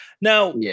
Now